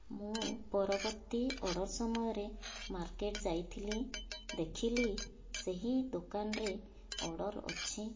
ମୁଁ ପରବର୍ତ୍ତୀ ଅର୍ଡ଼ର ସମୟରେ ମାର୍କେଟ ଯାଇଥିଲି ଦେଖିଲି ସେହି ଦୋକାନରେ ଅର୍ଡ଼ର ଅଛି